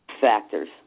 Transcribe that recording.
factors